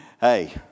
hey